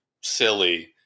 silly